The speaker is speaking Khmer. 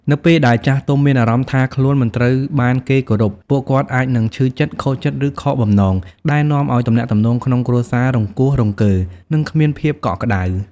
នៅពេលដែលចាស់ទុំមានអារម្មណ៍ថាខ្លួនមិនត្រូវបានគេគោរព ពួកគាត់អាចនឹងឈឺចិត្ត ខូចចិត្ត ឬខកបំណង ដែលនាំឲ្យទំនាក់ទំនងក្នុងគ្រួសាររង្គោះរង្គើ និងគ្មានភាពកក់ក្ដៅ។